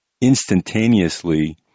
instantaneously